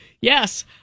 Yes